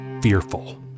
fearful